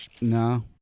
No